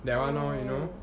oh